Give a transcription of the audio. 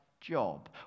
job